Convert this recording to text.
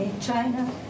China